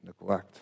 neglect